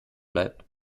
bleibt